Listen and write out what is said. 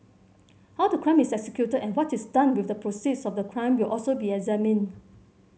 how the crime is executed and what is done with the proceeds of the crime will also be examined